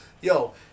Yo